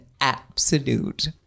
absolute